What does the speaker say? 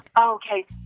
Okay